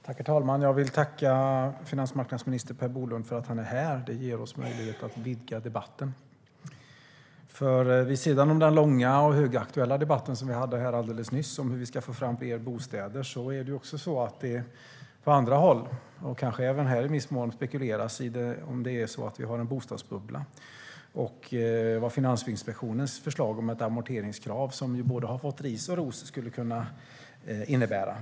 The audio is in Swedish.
Herr talman! Jag vill tacka finansmarknadsminister Per Bolund för att han är här. Det ger oss möjlighet att vidga debatten. Vid sidan om den långa och högaktuella debatten om hur vi ska få fram fler bostäder som vi hade alldeles nyss spekuleras det nämligen på andra håll, kanske även här i viss mån, om att vi har en bostadsbubbla. Man spekulerar även om vad Finansinspektionens förslag om ett amorteringskrav, som har fått både ris och ros, skulle kunna innebära.